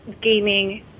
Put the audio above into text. gaming